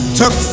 took